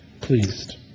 pleased